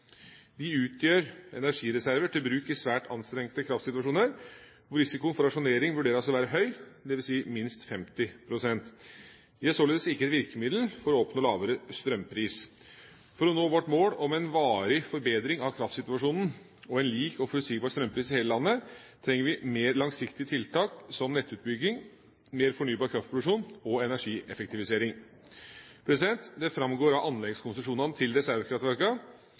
De utgjør energireserver til bruk i svært anstrengte kraftsituasjoner, hvor risikoen for rasjonering vurderes å være høy, dvs. minst 50 pst. De er således ikke et virkemiddel for å oppnå lavere strømpris. For å nå vårt mål om en varig forbedring av kraftsituasjonen og en lik og forutsigbar strømpris i hele landet trenger vi mer langsiktige tiltak, som nettutbygging, mer fornybar kraftproduksjon og energieffektivisering. Det framgår av anleggskonsesjonene til